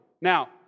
Now